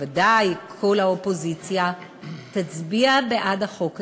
בוודאי כל האופוזיציה, תצביע בעד החוק הזה,